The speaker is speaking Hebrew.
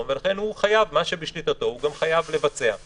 שהיום, לצורך העניין,